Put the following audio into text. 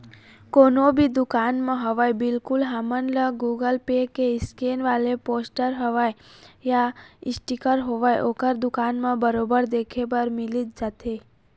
कोनो भी दुकान म होवय बिल्कुल हमन ल गुगल पे के स्केन वाले पोस्टर होवय या इसटिकर होवय ओखर दुकान म बरोबर देखे बर मिलिच जाथे